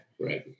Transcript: right